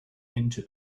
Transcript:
into